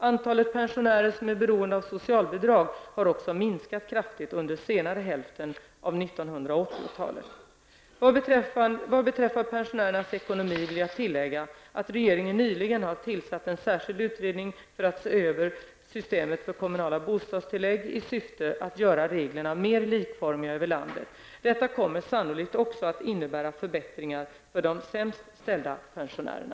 Antalet pensionärer som är beroende av socialbidrag har också minskat kraftigt under senare hälften av 1980-talet. Vad beträffar pensionärernas ekonomi vill jag tillägga att regeringen nyligen har tillsatt en särskild utredning för att se över kommunala bostadstillägg i syfte att göra reglerna mera likformiga över landet. Detta kommer sannolikt också att innebära förbättringar för de sämst ställda pensionärerna.